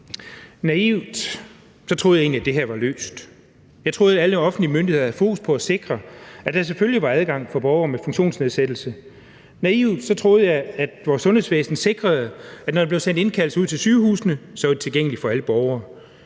Naivt troede jeg egentlig, at det her var løst. Jeg troede, at alle offentlige myndigheder havde fokus på at sikre, at der selvfølgelig var adgang for borgere med funktionsnedsættelse. Naivt troede jeg, at vores sundhedsvæsen sikrede, at når der blev udsendt indkaldelser ud til sygehusene, så var de tilgængelige for alle borgere.